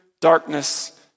darkness